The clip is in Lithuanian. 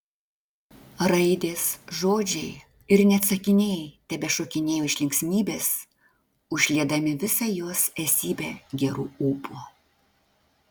raidės žodžiai ir net sakiniai tebešokinėjo iš linksmybės užliedami visą jos esybę geru ūpu